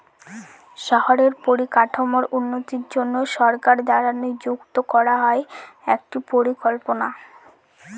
শহরের পরিকাঠামোর উন্নতির জন্য সরকার দ্বারা নিযুক্ত করা হয় একটি পরিকল্পনা